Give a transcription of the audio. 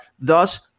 thus